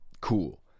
Cool